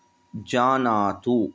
जानातु